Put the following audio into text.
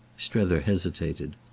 strether hesitated.